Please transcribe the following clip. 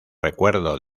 recuerdo